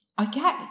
Okay